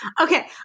Okay